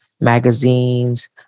magazines